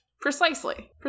Precisely